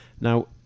Now